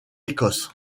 écosse